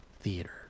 Theater